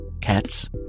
cats